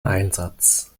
einsatz